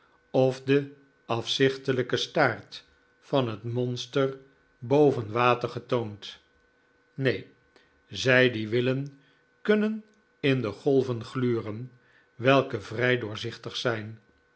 of den afzichtelijken staart van het monster boven water getoond neen zij die willen kunnen in de golven gluren welke vrij doorzichtig zijn